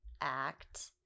act